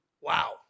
wow